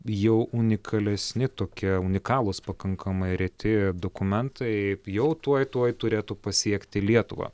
jau unikalesni tokie unikalūs pakankamai reti dokumentai jau tuoj tuoj turėtų pasiekti lietuvą